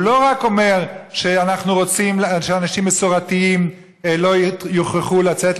הוא לא אומר שאנחנו רוצים שאנשים מסורתיים לא יוכרחו לצאת